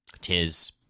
Tis